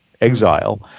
exile